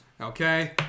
Okay